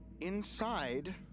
inside